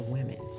Women